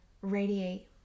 radiate